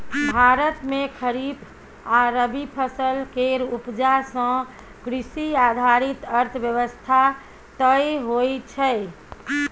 भारत मे खरीफ आ रबी फसल केर उपजा सँ कृषि आधारित अर्थव्यवस्था तय होइ छै